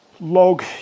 log